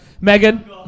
Megan